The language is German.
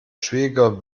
schwieriger